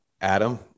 Adam